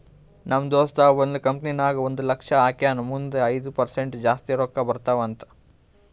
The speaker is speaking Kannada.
ನಮ್ ದೋಸ್ತ ಒಂದ್ ಕಂಪನಿ ನಾಗ್ ಒಂದ್ ಲಕ್ಷ ಹಾಕ್ಯಾನ್ ಮುಂದ್ ಐಯ್ದ ಪರ್ಸೆಂಟ್ ಜಾಸ್ತಿ ರೊಕ್ಕಾ ಬರ್ತಾವ ಅಂತ್